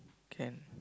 can